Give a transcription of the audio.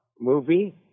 movie